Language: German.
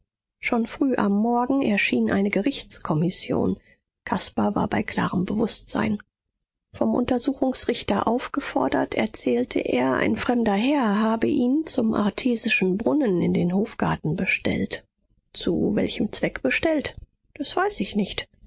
schon früh am morgen erschien eine gerichtskommission caspar war bei klarem bewußtsein vom untersuchungsrichter aufgefordert erzählte er ein fremder herr habe ihn zum artesischen brunnen in den hofgarten bestellt zu welchem zweck bestellt das weiß ich nicht